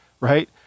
right